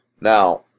now